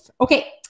Okay